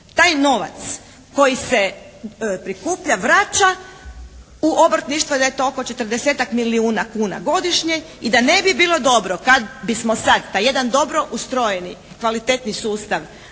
taj novac koji se prikuplja vraća u obrtništvo, da je to oko 40-tak milijuna kuna godišnje i da ne bi bilo dobro kad bismo sad taj jedan dobro ustrojeni kvalitetni sustav